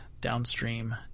downstream